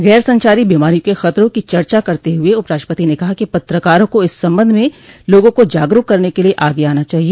गैर संचारी बीमारियों के खतरों की चर्चा करते हुए उपराष्ट्रपति ने कहा कि पत्रकारों को इस संबंध में लोगों को जागरूक करने के लिए आगे आना चाहिए